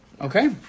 Okay